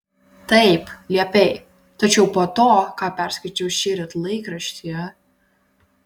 taip liepei tačiau po to ką perskaičiau šįryt laikraštyje